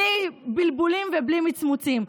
בלי בלבולים ובלי מצמוצים.